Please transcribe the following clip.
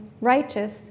righteous